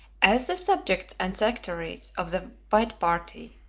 as the subjects and sectaries of the white party,